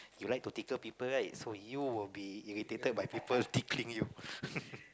you like to tickle people right so you will be irritated by people tickling you